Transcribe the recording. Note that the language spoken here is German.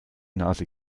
nase